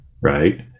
right